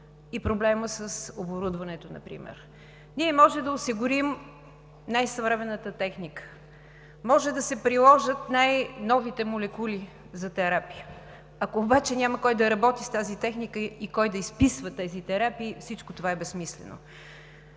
и проблема с оборудването например. Ние можем да осигурим най-съвременната техника, може да се приложат най-новите молекули за терапия, ако обаче няма кой да работи с тази техника и кой да изписва тези терапии, всичко това е безсмислено.